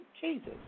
Jesus